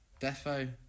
Defo